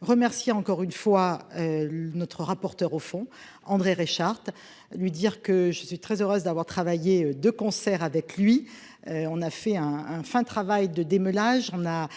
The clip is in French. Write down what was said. remercier encore une fois. Notre rapporteur au fond André Reichardt lui dire que je suis très heureuse d'avoir travaillé de concert avec lui. On a fait un, un fin travail de déminage on a